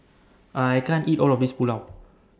I can't eat All of This Pulao